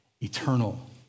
eternal